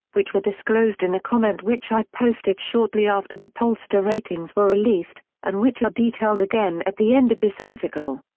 which were disclosed in a comment which i posted shortly after the pollster ratings were released, and which are detailed again at the end of this article.